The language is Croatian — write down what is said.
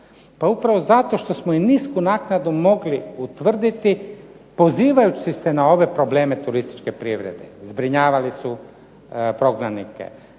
upravo zato što smo i nisku naknadu mogli utvrditi pozivajući se na ove probleme turističke privrede. Zbrinjavali su prognanike,